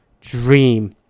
dream